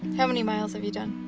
how many miles have you done?